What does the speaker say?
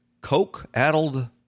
coke-addled